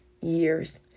years